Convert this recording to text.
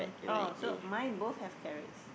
oh so mine both have carrots